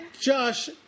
Josh